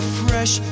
fresh